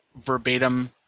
verbatim